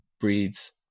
breeds